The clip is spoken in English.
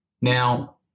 Now